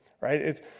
right